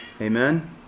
Amen